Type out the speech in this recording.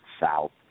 South